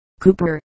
Cooper